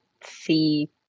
see